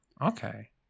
okay